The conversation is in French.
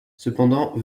cependant